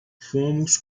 fomos